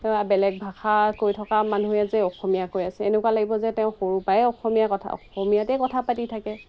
তেওঁ বেলেগ ভাষা কৈ থকা মানুহে যে অসমীয়া কৈ আছে এনেকুৱা লাগিব যে তেওঁ সৰুৰেপৰাই অসমীয়া কথা অসমীয়াতে কথা পাতি থাকে